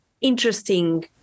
interesting